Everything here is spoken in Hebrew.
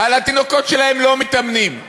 על התינוקות שלהם לא מתאמנים.